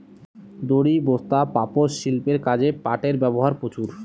দড়ি, বস্তা, পাপোষ, শিল্পের কাজে পাটের ব্যবহার প্রচুর